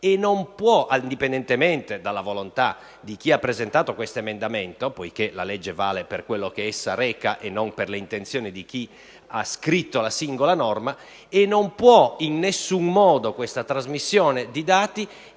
e non può esserlo, indipendentemente dalla volontà di chi ha presentato l'emendamento, poiché la legge vale per quello che essa reca, e non per le intenzioni di chi ha scritto la singola norma. In nessuno modo questa trasmissione di dati